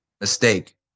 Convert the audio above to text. mistake